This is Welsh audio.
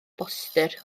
boster